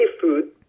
food